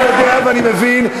אני יודע ואני מבין,